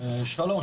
שלום,